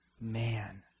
man